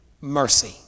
mercy